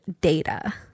data